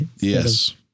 yes